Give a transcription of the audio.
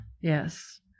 Yes